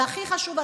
והכי חשוב,